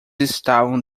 estavam